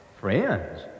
Friends